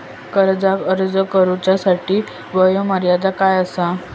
कर्जाक अर्ज करुच्यासाठी वयोमर्यादा काय आसा?